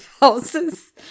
houses